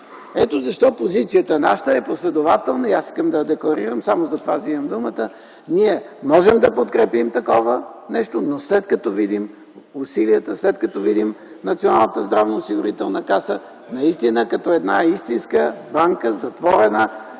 Ето защо нашата позиция е последователна и аз искам да я декларирам, само за това вземам думата. Ние можем да подкрепим такова нещо, но след като видим усилията, след като видим Националната здравноосигурителна каса като една истинска банка – затворена,